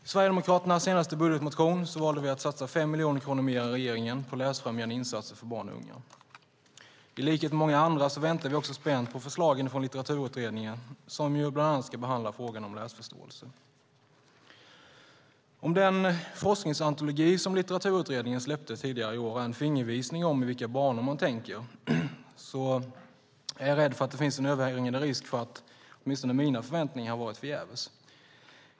I Sverigedemokraternas senaste budgetmotion valde vi att satsa 5 miljoner kronor mer än regeringen på läsfrämjande insatser för barn och unga. I likhet med många andra väntar vi också spänt på förslagen från Litteraturutredningen, som ju bland annat ska behandla frågan om läsförståelse. Om den forskningsantologi som Litteraturutredningen släppte tidigare i år är en fingervisning om i vilka banor man tänker, är jag rädd för att det finns en överhängande risk för att åtminstone mina förväntningar har varit förgäves.